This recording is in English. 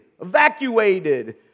evacuated